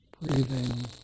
Breathing